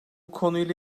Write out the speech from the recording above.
konuyla